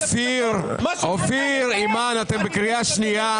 אופיר ואימאן, אתם בקריאה שנייה.